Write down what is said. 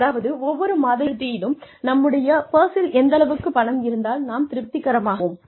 அதாவது ஒவ்வொரு மாத இறுதியிலும் ஒவ்வொரு வருட இறுதியிலும் நம்முடைய பர்ஸில் எந்தளவுக்குப் பணம் இருந்தால் நாம் திருப்திகரமாக உணருவோம்